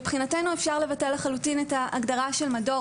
מבחינתנו אפשר לבטל לחלוטין את ההגדרה של מדור